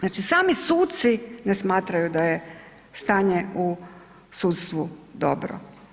Znači sami suci ne smatraju da je stanje u sudstvu dobro.